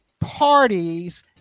parties